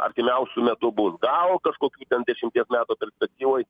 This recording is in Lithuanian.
artimiausiu metu bus gal kažkokių ten dešimties metų perspektyvoj